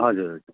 हजुर